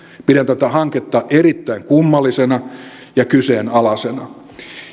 pidän tätä hanketta erittäin kummallisena ja kyseenalaisena